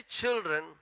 children